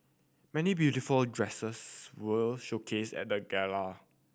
many beautiful dresses were showcased at the gala